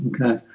Okay